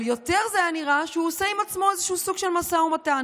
אבל זה יותר נראה שהוא עושה עם עצמו איזשהו משא ומתן,